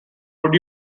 would